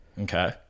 Okay